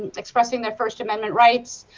expressing their first amendment rights,